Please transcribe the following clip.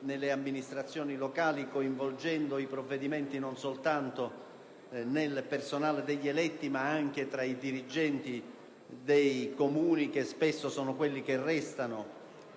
nelle amministrazioni locali, coinvolgendo nei provvedimenti non soltanto il personale degli eletti, ma anche i dirigenti dei Comuni che spesso sono quelli che restano,